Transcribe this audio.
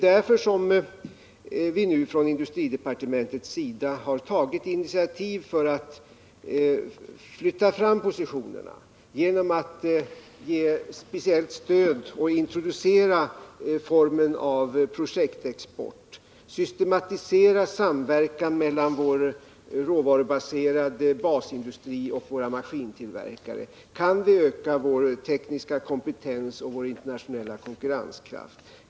Därför har vi också från industridepartementets sida tagit initiativ för att försöka flytta fram positionerna. Genom att ge ett speciellt stöd och introducera en form av projektexport, genom att systematisera samverkan mellan vår råvarubaserade basindustri och våra maskintillverkare kan vi öka vår tekniska kompetens och vår internationella konkurrenskraft.